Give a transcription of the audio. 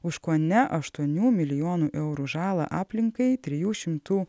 už kone aštuonių milijonų eurų žalą aplinkai trijų šimtų